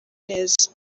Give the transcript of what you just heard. neza